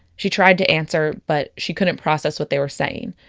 she tried to answer, but she couldn't process what they were saying.